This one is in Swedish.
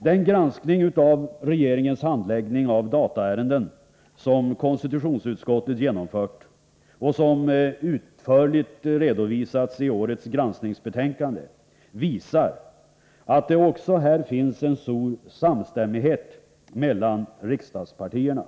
Den granskning av regeringens handläggning av dataärenden som konstitutionsutskottet genomfört, och som utförligt redovisats i årets granskningsbetänkande, visar att det också här finns en stor samstämmighet mellan riksdagspartierna.